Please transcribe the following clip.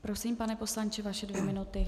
Prosím, pane poslanče, vaše dvě minuty.